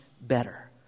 better